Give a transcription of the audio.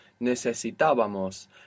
Necesitábamos